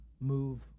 move